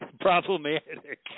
problematic